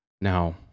Now